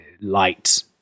light